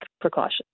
precautions